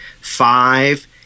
five